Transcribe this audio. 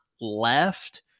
left